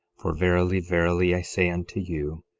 for verily, verily i say unto you,